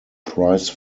price